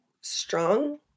strong